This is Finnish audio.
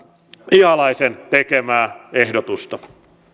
ihalaisen tekemää ehdotusta